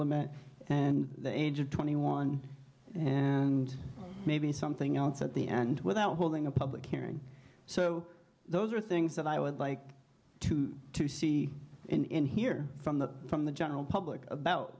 and the age of twenty one and maybe something else at the end without holding a public hearing so those are things that i would like to see in here from the from the general public about